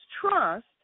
trust